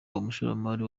n’umushoramari